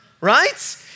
right